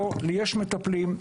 יש מטפלים.